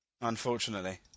Unfortunately